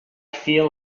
feel